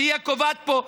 שהיא הקובעת פה,